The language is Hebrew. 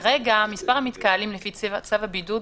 כרגע מספר המתקהלים לפי צו הבידוד,